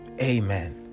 amen